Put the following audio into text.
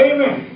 Amen